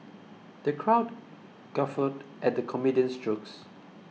the crowd guffawed at the comedian's jokes